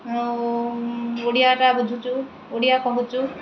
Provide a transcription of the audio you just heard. ଆଉ ଓଡ଼ିଆଟା ବୁଝୁଛୁ ଓଡ଼ିଆ କହୁଛୁ